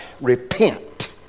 repent